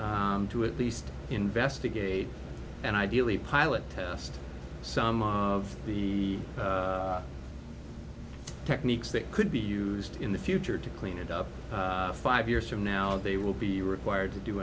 to at least investigate and ideally pilot test some of the techniques that could be used in the future to clean it up five years from now they will be required to do